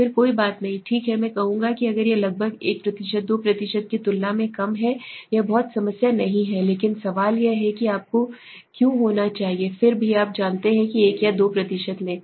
फिर कोई बात नहीं ठीक है मैं कहूंगा कि अगर यह लगभग 1 2 की तुलना में कम है यह बहुत समस्या नहीं है लेकिन सवाल यह है कि आपको क्यों होना चाहिए फिर भी आप जानते हैं कि 1 या 2 लें